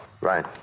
Right